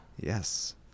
Yes